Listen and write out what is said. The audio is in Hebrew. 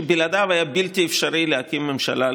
שבלעדיו היה בלתי אפשרי לחלוטין להקים ממשלה,